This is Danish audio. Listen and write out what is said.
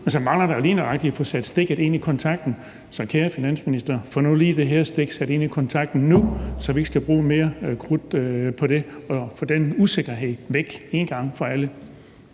men man mangler lige nøjagtig at få sat stikket ind i kontakten. Så kære finansminister, få nu lige det her stik sat ind i kontakten nu, så vi ikke skal bruge mere krudt på det, og så vi kan få fjernet den usikkerhed en gang for alle.